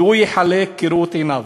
והוא יחלק כראות עיניו.